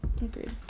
agreed